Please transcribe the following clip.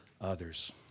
others